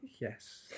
Yes